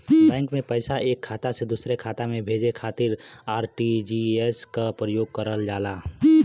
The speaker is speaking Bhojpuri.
बैंक में पैसा एक खाता से दूसरे खाता में भेजे खातिर आर.टी.जी.एस क प्रयोग करल जाला